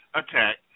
attack